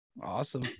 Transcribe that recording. awesome